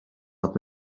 hat